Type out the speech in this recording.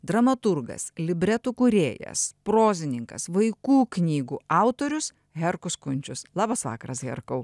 dramaturgas libretų kūrėjas prozininkas vaikų knygų autorius herkus kunčius labas vakaras herkau